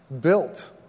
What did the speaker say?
built